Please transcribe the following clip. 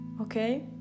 Okay